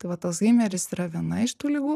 tai vat alzheimeris yra viena iš tų ligų